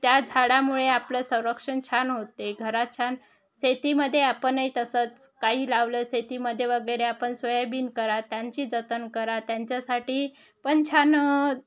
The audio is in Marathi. त्या झाडामुळे आपलं संरक्षण छान होते घरात छान शेतीमध्ये आपणही तसंच काही लावलं शेतीमध्ये वगैरे आपण सोयाबीन करा त्यांची जतन करा त्यांच्यासाठी पण छान